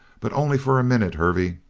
but only for a minute, hervey.